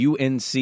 UNC